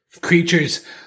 creatures